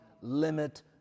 limit